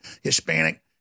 Hispanic